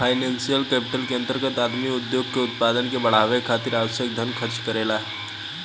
financial capital के अंतर्गत आदमी उद्योग के उत्पादन के बढ़ावे खातिर आवश्यक धन खर्च करेला